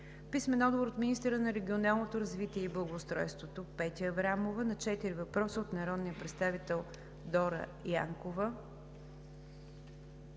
Дора Янкова; - министъра на регионалното развитие и благоустройството Петя Аврамова на четири въпроса от народния представител Дора Янкова;